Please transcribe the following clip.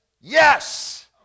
yes